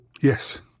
Yes